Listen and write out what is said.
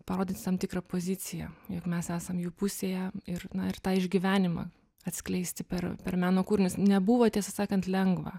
parodyti tam tikrą poziciją jog mes esam jų pusėje ir na ir tą išgyvenimą atskleisti per per meno kūrinius nebuvo tiesą sakant lengva